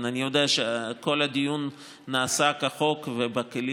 אני יודע שכל הדיון נעשה כחוק ובכלים